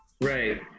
Right